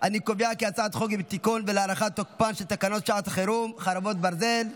חוק לתיקון ולהארכת תוקפן של תקנות שעת חירום (חרבות ברזל)